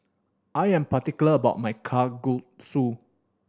I am particular about my Kalguksu